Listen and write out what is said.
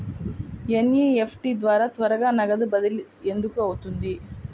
NEFT ద్వారా త్వరగా నగదు బదిలీ ఎందుకు అవుతుంది?